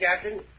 Captain